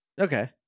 Okay